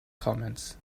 comments